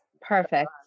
Perfect